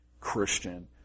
Christian